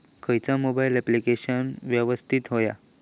खयचा mobile application यवस्तित होया?